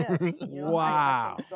Wow